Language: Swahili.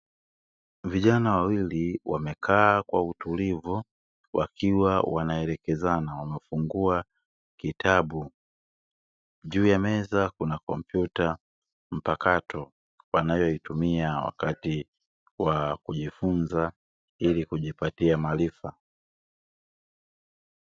Vijana wawili wamekaa kwa utulivu wakiwa wanaelekezana wamefungua kitabu, juu ya meza kuna kompyuta mpakato wanayoitumia wakati wakujifunza ili kujipatia maarifa.